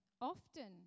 often